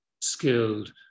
skilled